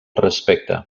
respecte